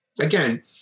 again